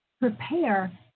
prepare